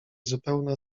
zupełna